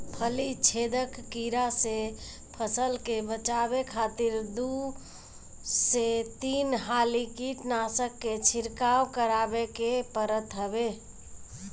फली छेदक कीड़ा से फसल के बचावे खातिर दू से तीन हाली कीटनाशक के छिड़काव करवावे के पड़त हवे